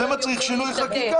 בדרך כלל המפלגות לקחו הלוואות.